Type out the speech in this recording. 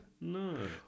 No